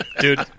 Dude